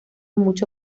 mucho